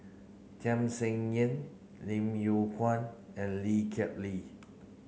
Tham Sien Yen Lim Yew Kuan and Lee Kip Lee